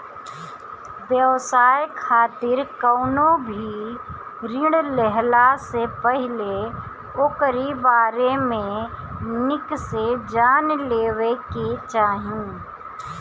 व्यवसाय खातिर कवनो भी ऋण लेहला से पहिले ओकरी बारे में निक से जान लेवे के चाही